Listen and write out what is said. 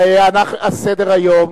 אמצע הלילה.